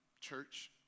church